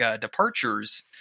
departures